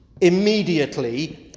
Immediately